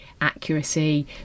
accuracy